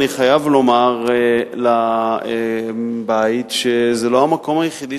אני חייב לומר לבית שזה לא המקום היחידי